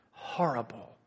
Horrible